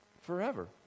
forever